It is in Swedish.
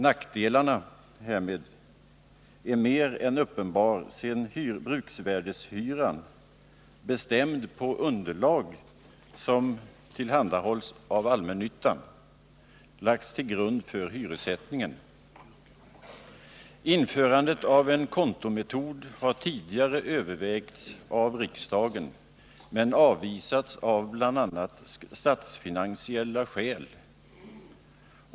Nackdelen härmed är mer än uppenbar, sedan bruksvärdeshyran, bestämd på underlag som tillhandahålls av Avsättning av allmännyttan, lagts till grund för hyressättningen. medel till repara Införandet av en kontometod har tidigare övervägts av riksdagen men = tion av hyresfasavvisats av bl.a. statsfinansiella skäl.